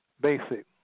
Basic